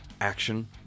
Action